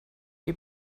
die